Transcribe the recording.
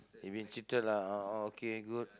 he mean cheated lah oh orh okay good